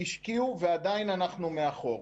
השקיעו ועדיין אנחנו מאחור.